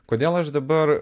kodėl aš dabar